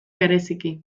bereziki